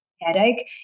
headache